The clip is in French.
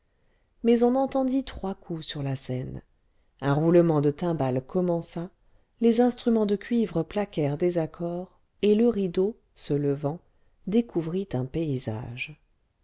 mais on entendit trois coups sur la scène un roulement de timbales commença les instruments de cuivre plaquèrent des accords et le rideau se levant découvrit un paysage